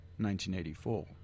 1984